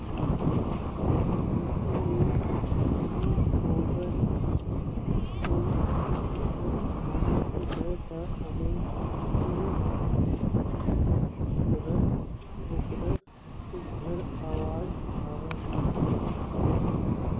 ढेंकी ले माईगोगन मन जब धान कूटय त ओमा ले भुकरस भुकरस सुग्घर अवाज आवय